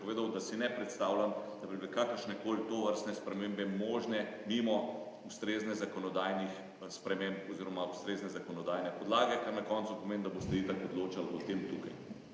povedal, da si ne predstavljam, da bi bile kakršnekoli tovrstne spremembe možne mimo ustreznih zakonodajnih sprememb oziroma ustrezne zakonodajne podlage, kar na koncu pomeni, da boste itak odločali o tem tukaj.